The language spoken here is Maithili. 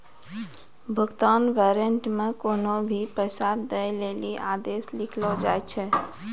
भुगतान वारन्ट मे कोन्हो भी पैसा दै लेली आदेश लिखलो जाय छै